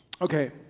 Okay